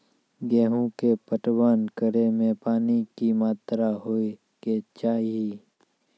गेहूँ के पटवन करै मे पानी के कि मात्रा होय केचाही?